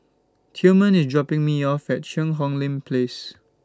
Tilman IS dropping Me off At Cheang Hong Lim Place